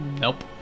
Nope